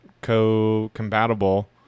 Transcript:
co-compatible